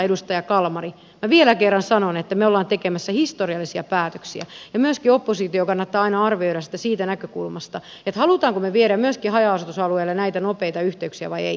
edustaja kalmari minä vielä kerran sanon että me olemme tekemässä historiallisia päätöksiä ja myöskin opposition kannattaa aina arvioida sitä siitä näkökulmasta että haluammeko me viedä myöskin haja asutusalueille näitä nopeita yhteyksiä vai emme